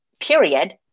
period